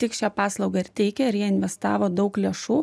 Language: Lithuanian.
tik šią paslaugą ir teikia ir jie investavo daug lėšų